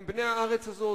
הם בני הארץ הזאת.